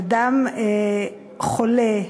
אדם חולה,